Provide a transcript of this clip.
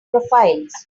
profiles